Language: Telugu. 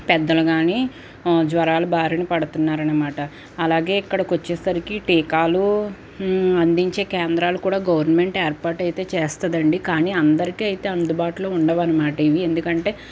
పెద్దలు కానీ జ్వరాల బారిన పడుతున్నారు అనమాట అలాగే ఇక్కడకు వచ్చేసరికి టీకాలు అందించే కేంద్రాలు కూడా గవర్నమెంట్ ఏర్పాటైతే చేస్తుంది అండి కానీ అందరికైతే అందుబాటులో ఉండవనమాట ఇవి ఎందుకంటే